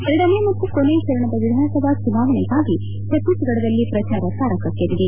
ಎರಡನೇ ಮತ್ತು ಕೊನೆಯ ಚರಣದ ವಿಧಾನಸಭಾ ಚುನಾವಣೆಗಾಗಿ ಛತ್ತೀಸಗಡದಲ್ಲಿ ಪ್ರಚಾರ ತಾರಕಕ್ಕೇರಿದೆ